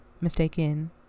mistaken